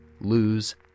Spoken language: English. lose